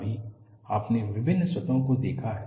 अभी आपने विभिन्न सतहों को देखा है